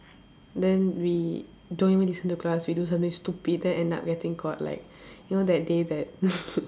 then we don't even listen to class we do something stupid then end up getting caught like you know that day that